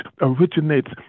originates